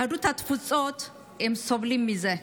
ויהודי התפוצות סובלים מזה.